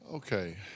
Okay